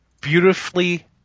beautifully